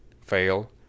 fail